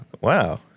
Wow